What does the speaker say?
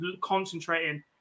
concentrating